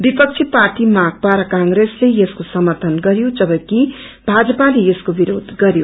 विपक्षी पार्टी माकपा र कांग्रेसले यसको समर्थन गर्यो जबकि भाजपाले यसको विरोध गर्यो